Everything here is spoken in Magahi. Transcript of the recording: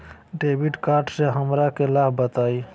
डेबिट कार्ड से हमरा के लाभ बताइए?